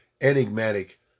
enigmatic